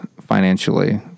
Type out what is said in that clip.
financially